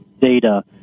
data